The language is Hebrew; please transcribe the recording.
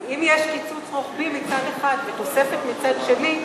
אבל אם יש קיצוץ רוחבי מצד אחד ותוספת מצד שני,